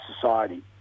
society